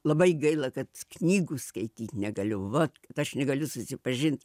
labai gaila kad knygų skaityt negaliu va aš negaliu susipažint